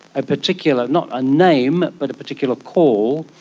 a particular, not a name but a particular call,